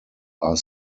are